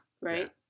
right